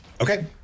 Okay